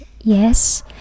yes